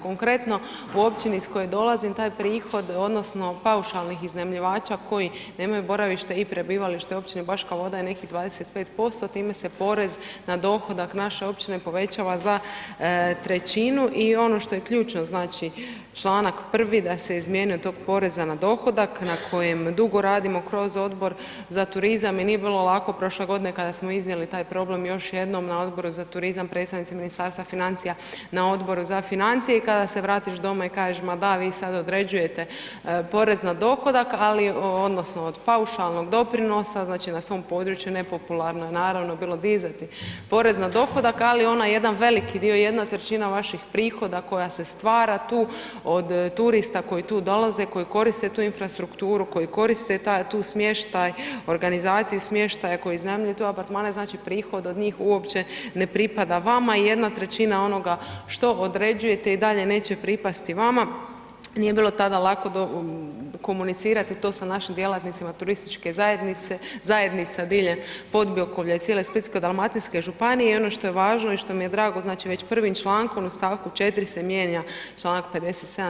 Konkretno, u općini iz koje dolazim taj prihod odnosno paušalnih iznajmljivača koji nemaju boravište i prebivalište u općini Baška Voda je nekih 25%, time se porez na dohodak naše općine povećava za trećinu i ono što je ključno, znači čl. 1. da se izmijenio tog poreza na dohodak na kojem dugo radimo kroz Odbor za turizam i nije bilo lako prošle godine kada smo iznijeli taj problem još jednom na Odboru na turizam predstavnici Ministarstva financija na Odboru za financije i kada se vratiš doma i kažeš ma da vi sad određujete porez na dohodak, ali odnosno od paušalnog doprinosa znači na svom području nepopularno je naravno bilo dizati porez na dohodak, ali onaj jedan veliki dio, jedna trećina vaših prihoda koja se stvara tu od turista koji tu dolaze, koji koriste tu infrastrukturu, koji koriste tu smještaj, organizaciju smještaja, koji iznajmljuju tu apartmane, znači prihod od njih uopće ne pripada vama i jedna trećina onoga što određujete i dalje neće pripasti vama, nije bilo tada lako komunicirati to sa našim djelatnicima turističke zajednice, zajednica diljem podbiokovlja i cijele Splitsko-dalmatinske županije i ono što je važno i što mi je drago, znači već prvim člankom u st. 4. se mijenja čl. 57.